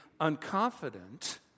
unconfident